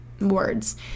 words